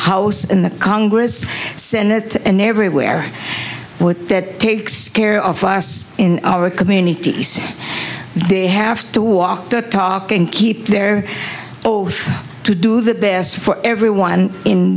house in the congress senate and everywhere with that takes care of us in our community they have to walk the talk and keep their oath to do the best for everyone in